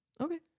Okay